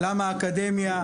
למה האקדמיה?